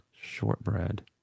Shortbread